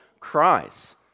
cries